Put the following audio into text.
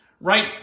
right